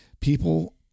people